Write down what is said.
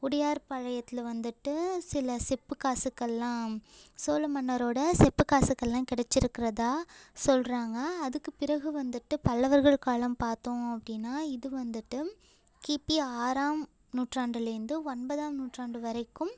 உடையார்பாழையத்தில் வந்துட்டு சில செப்பு காசுக்கள்லாம் சோழ மன்னரோட செப்பு காசுக்கள்லாம் கிடச்சிருக்குறதா சொல்கிறாங்க அதுக்குப் பிறகு வந்துட்டு பல்லவர்கள் காலம் பார்த்தோம் அப்படின்னா இது வந்துட்டு கிபி ஆறாம் நூற்றாண்டுலேருந்து ஒன்பதாம் நூற்றாண்டு வரைக்கும்